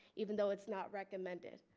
even though it's not recommended,